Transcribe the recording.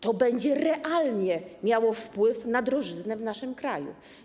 To będzie realnie miało wpływ na drożyznę w naszym kraju.